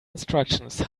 instructions